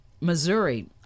missouri